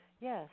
Yes